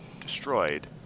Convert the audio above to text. destroyed